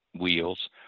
wheels